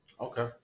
Okay